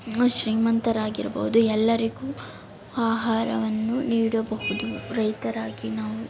ಶ್ರೀಮಂತರಾಗಿರ್ಬೋದು ಎಲ್ಲರಿಗೂ ಆಹಾರವನ್ನು ನೀಡಬಹುದು ರೈತರಾಗಿ ನಾವು